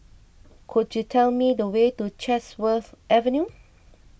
could you tell me the way to Chatsworth Avenue